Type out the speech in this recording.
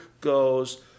goes